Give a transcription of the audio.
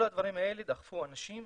כל הדברים האלה דחפו אנשים